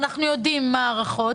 ואנחנו יודעים מה ההערכות,